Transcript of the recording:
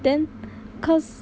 then cause